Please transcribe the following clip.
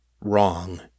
wrong